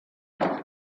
tiene